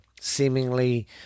seemingly